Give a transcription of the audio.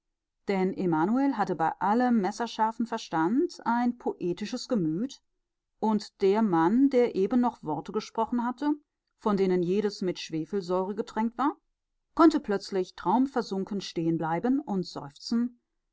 denn emanuel hatte bei allem messerscharfen verstand ein poetisches gemüt und der mann der eben noch worte gesprochen hatte von denen jedes mit schwefelsäure getränkt war konnte plötzlich traumversunken stehenbleiben und seufzen